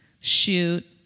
shoot